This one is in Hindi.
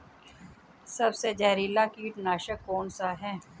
सबसे जहरीला कीटनाशक कौन सा है?